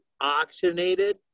oxygenated